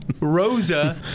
Rosa